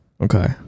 Okay